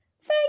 Thank